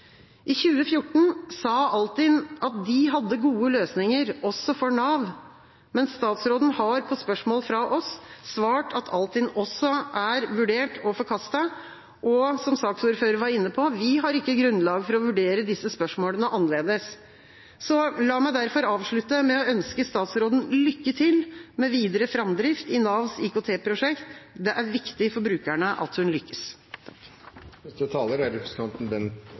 I 2014 sa Altinn at de hadde gode løsninger også for Nav, men statsråden har på spørsmål fra oss svart at Altinn også er vurdert og forkastet. Som saksordføreren var inne på, har vi ikke grunnlag for å vurdere disse spørsmålene annerledes. Så la meg derfor avslutte med å ønske statsråden lykke til med videre framdrift i Navs IKT-prosjekt. Det er viktig for brukerne at hun lykkes.